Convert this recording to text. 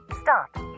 Stop